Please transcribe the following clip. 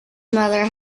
mother